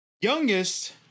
Youngest